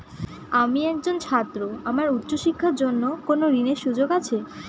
আমি একজন ছাত্র আমার উচ্চ শিক্ষার জন্য কোন ঋণের সুযোগ আছে?